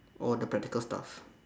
oh the practical stuff